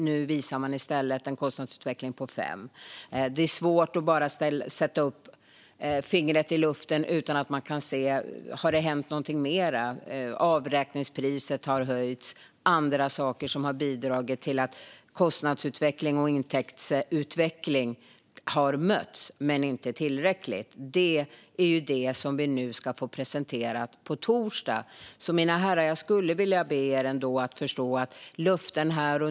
Nu visar man i stället en kostnadsutveckling på 5 miljarder. Det är svårt att bara sätta upp fingret i luften om man inte kan se om det är något mer som har hänt. Har avräkningspriset höjts? Är det andra saker som har bidragit till att kostnads och intäktsutveckling har mötts, men inte tillräckligt? Detta ska vi nu få presenterat på torsdag. Mina herrar!